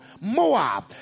Moab